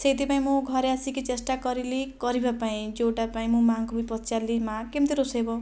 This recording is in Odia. ସେଇଥିପାଇଁ ମୁଁ ଘରେ ଆସିକି ଚେଷ୍ଟା କରିଲି କରିବାପାଇଁ ଯେଉଁଟା ପାଇଁ ମୁଁ ମା'ଙ୍କୁ ବି ପଚାରିଲି ମା' କେମିତି ରୋଷେଇ ହେବ